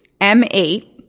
M8